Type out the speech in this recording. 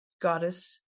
goddess